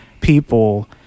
people